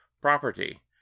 property